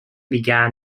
began